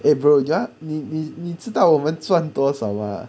eh bro 等下你你你知道我们赚多少吗